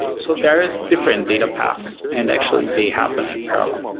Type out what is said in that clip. so there is different data paths and actually they happen in parallel.